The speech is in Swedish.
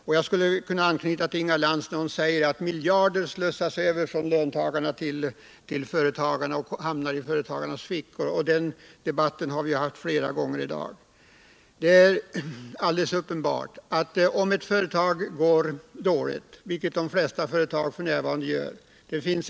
I det sammanhanget vill jag anknyta till vad Inga Lantz sade om att miljarder slussas över från löntagarna till företagarna och hamnar i deras fickor — dylika påståenden har vi hört flera gånger här i dag. Det är ett faktum att de flesta företag f. n. går dåligt.